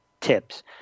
tips